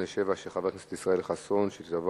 חבר הכנסת ישראל חסון שאל את שר